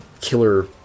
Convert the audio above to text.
killer